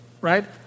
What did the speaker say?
right